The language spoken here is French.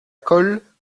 colle